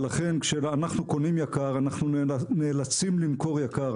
ולכן כשאנחנו קונים יקר אנחנו נאלצים למכור יקר.